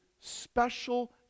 special